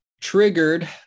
triggered